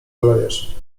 kolejarz